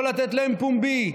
לא לתת להם פומבי,